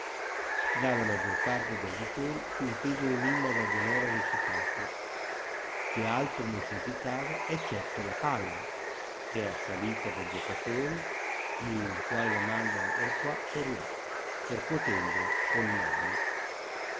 dalla maggior parte degli auditori iu inteso l'enimma dal dunora recitato che altro non significava eccetto la palla che è assalita da giuocatori i quali la mandano or qua or là percuotendola con mani